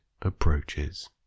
approaches